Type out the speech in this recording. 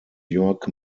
york